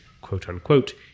quote-unquote